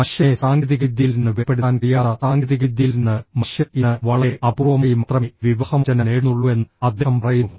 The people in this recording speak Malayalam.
മനുഷ്യനെ സാങ്കേതികവിദ്യയിൽ നിന്ന് വേർപെടുത്താൻ കഴിയാത്ത സാങ്കേതികവിദ്യയിൽ നിന്ന് മനുഷ്യൻ ഇന്ന് വളരെ അപൂർവമായി മാത്രമേ വിവാഹമോചനം നേടുന്നുള്ളൂവെന്ന് അദ്ദേഹം പറയുന്നു